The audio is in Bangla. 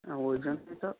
বুঝি নি তো